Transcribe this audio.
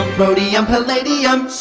rhodium, palladium.